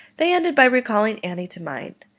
they ended by recalling annie to mind,